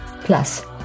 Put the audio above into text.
Plus